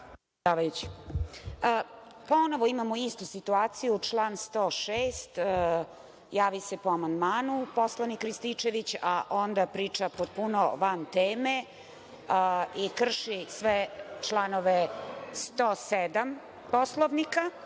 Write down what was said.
imamo istu situaciju, član 106. Javi se po amandmanu poslanik Rističević, a onda priča potpuno van teme i krši sve članove, 107. Poslovnika.